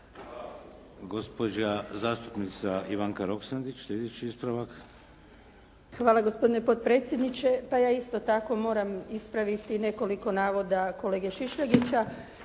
Hvala. Gospodine potpredsjedniče. Pa ja isto tako moram ispraviti nekoliko navoda kolege Šišljagića.